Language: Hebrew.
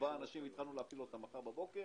ארבעה אנשים והתחלנו להפעיל אותה מחר בבוקר.